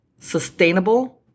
sustainable